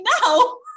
no